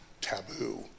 taboo